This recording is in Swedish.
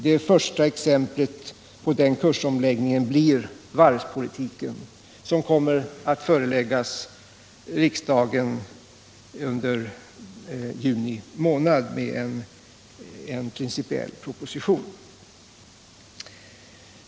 Det första exemplet på den kursomläggningen blir varvspolitiken, beträffande vilken riksdagen kommer att föreläggas cen principiell proposition i juni.